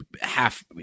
half